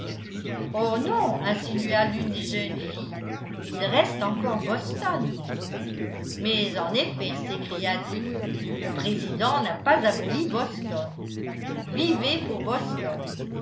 oh non insinua l'une des jeunes filles il reste encore boston mais en effet s'écria dick le président n'a pas aboli boston vivez pour boston